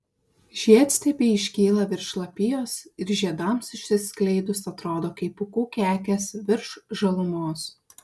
žiedstiebiai iškyla virš lapijos ir žiedams išsiskleidus atrodo kaip pūkų kekės virš žalumos